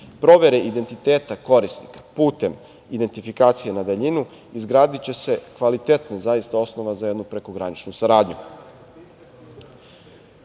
provere identiteta korisnika putem identifikacije na daljinu, izgradiće se kvalitetna osnova za jednu prekograničnu saradnju. Do